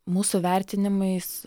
mūsų vertinimais